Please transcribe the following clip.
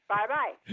Bye-bye